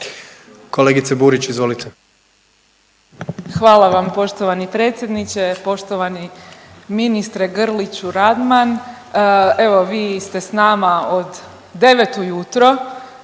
izvolite. **Burić, Majda (HDZ)** Hvala vam poštovani predsjedniče. Poštovani ministre Grliću Radman, evo vi ste s nama od 9 ujutro